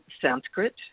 Sanskrit